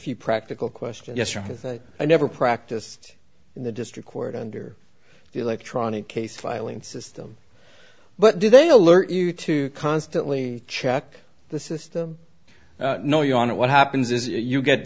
few practical questions yesterday i never practiced in the district court under the electronic case filing system but do they alert you to constantly check the system know you on it what happens is you get